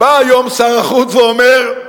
בא היום שר החוץ ואומר: